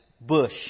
bush